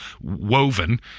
woven